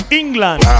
england